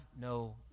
no